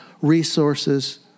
resources